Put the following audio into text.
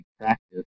practice